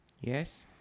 yes